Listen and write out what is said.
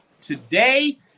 today